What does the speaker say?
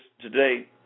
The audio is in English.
today